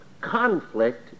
conflict